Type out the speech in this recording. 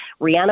Rihanna